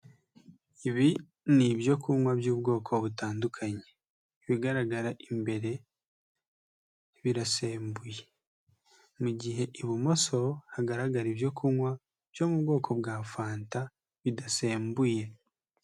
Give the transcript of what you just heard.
Ibi ni ibyo kunywa by'ubwoko butandukanye. Ibigaragara imbere birasembuye mu gihe ibumoso hagaragara ibyo kunywa byo mu bwoko bwa fanta bidasembuye.